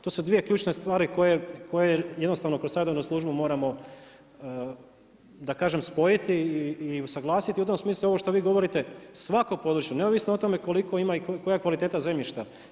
To su 2 ključne stvari koje jednostavno kroz savjetodavnu službu moramo da kažem spojiti i usuglasiti, u tom smislu ovo što vi govorite, svako području, neovisno o tome koliko ima i koja je kvaliteta zemljišta.